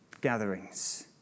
gatherings